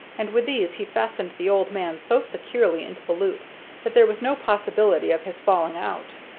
and with these he fastened the old man so securely into the loop that there was no possibility of his falling out.